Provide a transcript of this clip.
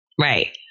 Right